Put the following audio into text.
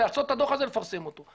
לעשות את הדוח הזה ולפרסם אותו.